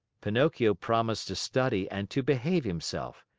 pinocchio promised to study and to behave himself.